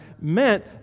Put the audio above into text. meant